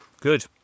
good